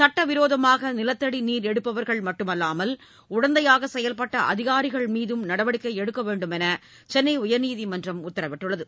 சட்டவிரோதமாக நிலத்தடி நீர் எடுப்பவர்கள் மட்டுமல்லாமல் உடந்தையாக செயல்பட்ட அதிகாரிகள் மீதும் நடவடிக்கை எடுக்க வேண்டுமென்று சென்னை உயர்நீதிமன்றம் உத்தரவிட்டுள்ளது